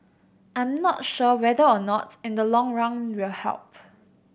I'm not sure whether or not in the long run will help